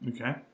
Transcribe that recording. Okay